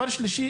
בנוסף,